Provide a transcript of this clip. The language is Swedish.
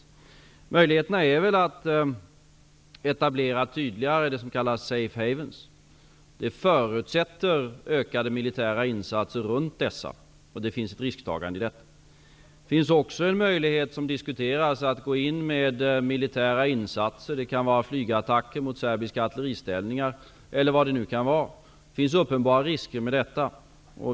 En möjlighet är att man tydligare etablerar det som kallas safe havens. Det förutsätter ökade militära insatser runt dessa. Det finns ett risktagande i detta. Det finns också en möjlighet, som diskuteras, att man går in med militära insatser. Det kan t.ex. handla om flygattacker mot serbiska artilleriställningar. Det finns uppenbara risker med detta.